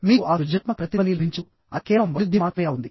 మీకు ఆ సృజనాత్మక ప్రతిధ్వని లభించదు అది కేవలం వైరుధ్యం మాత్రమే అవుతుంది